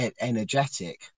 energetic